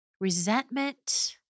Resentment